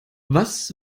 was